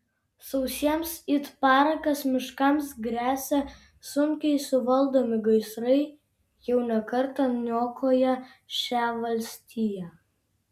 sausiems it parakas miškams gresia sunkiai suvaldomi gaisrai jau ne kartą niokoję šią valstiją